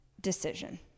decision